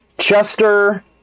Chester